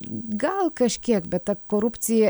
gal kažkiek bet ta korupcija